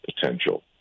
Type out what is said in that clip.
potential